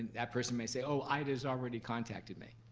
that person may say, oh, ida's already contacted me.